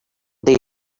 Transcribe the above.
they